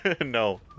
No